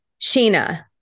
Sheena